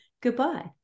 Goodbye